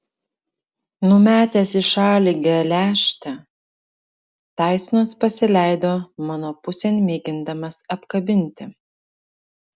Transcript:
numetęs į šalį geležtę taisonas pasileido mano pusėn mėgindamas apkabinti